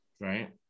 right